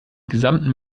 gesamten